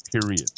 period